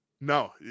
No